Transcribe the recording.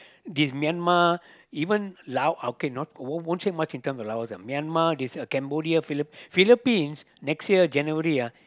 this Myanmar even Laos okay not won't won't say much in terms of Laos lah this Cambodia Philippines Philippines next year January ah